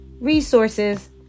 resources